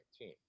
team